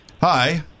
Hi